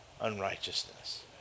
unrighteousness